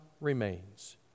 remains